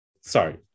Sorry